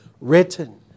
written